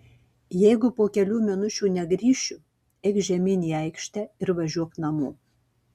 jeigu po kelių minučių negrįšiu eik žemyn į aikštę ir važiuok namo